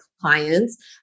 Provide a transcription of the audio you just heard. clients